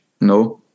No